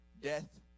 death